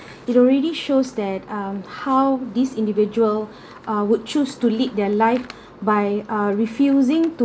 it already shows that um how these individual uh would choose to lead their life by uh refusing to